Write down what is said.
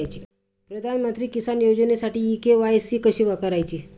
प्रधानमंत्री किसान योजनेसाठी इ के.वाय.सी कशी करायची?